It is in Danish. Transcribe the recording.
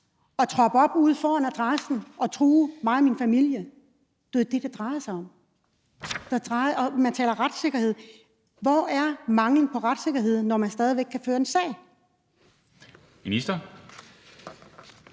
og troppe op ved adressen og true mig og min familie. Det er jo det, det drejer sig om. Der tales om manglende retssikkerhed, men hvor er den manglende retssikkerhed, når man stadig væk kan føre en sag? Kl.